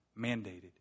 Mandated